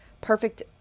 perfect